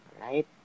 Right